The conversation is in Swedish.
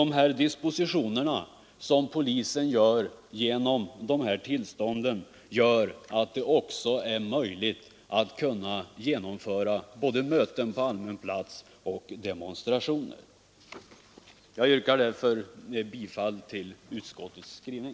De dispositioner som polisen vidtar gör det möjligt att genomföra både möten på allmän plats och demonstrationer. Jag yrkar därför bifall till utskottets skrivning.